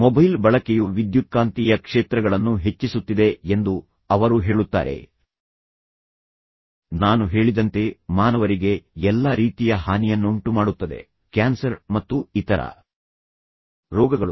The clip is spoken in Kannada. ಮೊಬೈಲ್ ಬಳಕೆಯು ವಿದ್ಯುತ್ಕಾಂತೀಯ ಕ್ಷೇತ್ರಗಳನ್ನು ಹೆಚ್ಚಿಸುತ್ತಿದೆ ಎಂದು ಅವರು ಹೇಳುತ್ತಾರೆ ನಾನು ಹೇಳಿದಂತೆ ಮಾನವರಿಗೆ ಎಲ್ಲಾ ರೀತಿಯ ಹಾನಿಯನ್ನುಂಟುಮಾಡುತ್ತದೆ ಕ್ಯಾನ್ಸರ್ ಮತ್ತು ಇತರ ರೋಗಗಳು